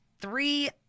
Three